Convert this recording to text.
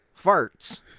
farts